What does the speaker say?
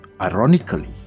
Ironically